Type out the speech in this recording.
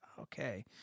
okay